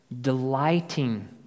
delighting